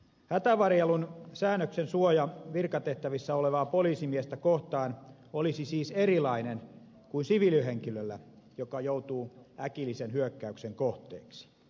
hätävarjelun säännöksen suoja virkatehtävissä olevaa poliisimiestä kohtaan olisi siis erilainen kuin siviilihenkilöllä joka joutuu äkillisen hyökkäyksen kohteeksi